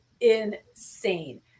insane